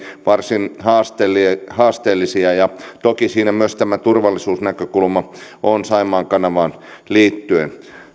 varsin haasteellisia ja haasteellisia ja toki siinä on myös tämä turvallisuusnäkökulma saimaan kanavaan liittyen